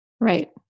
Right